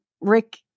Rick